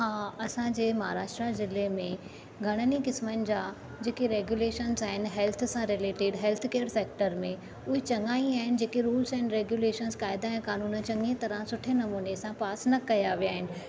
हा असां जे महाराष्ट्र ज़िले में घणनि ई क़िस्मनि जा जेके रेगुलेशनस आहिनि हेल्थ सां रिलेटेड हेल्थ केयर सेक्टर में उहे चंङा ई आहिनि जेके रुलस ऐं रेगुलेशन क़ायदा ऐं क़ानून चंङी तरह सुठे नमूने सां पास न कया वया आहिनि